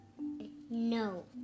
No